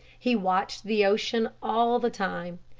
he watched the ocean all the time.